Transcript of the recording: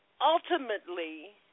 Ultimately